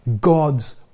God's